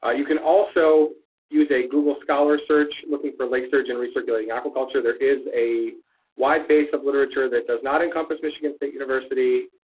ah you can also use a google scholar search looking for lake sturgeon recirculating aquaculture. there is a wide base of literature that does not encompass michigan state university,